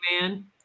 man